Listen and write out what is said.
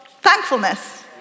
thankfulness